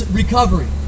recovery